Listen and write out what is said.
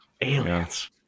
Aliens